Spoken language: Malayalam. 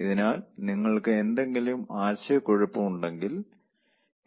അതിനാൽ നിങ്ങൾക്ക് എന്തെങ്കിലും ആശയക്കുഴപ്പം ഉണ്ടെങ്കിൽ